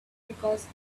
because